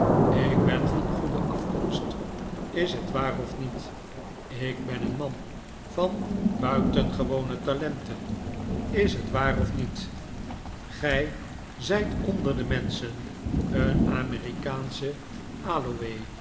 ik ben van goede afkomst is het waar of niet ik ben een man van buitengewone talenten is het waar of niet gij zij t onder de menschen een amerikaansche